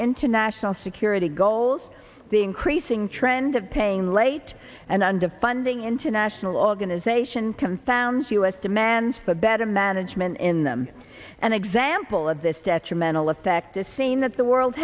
international security goals the increasing trend of paying late and underfunding international organization confounds us demands for better management in them an example of this detrimental effect is seen that's the world